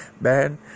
bad